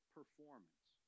performance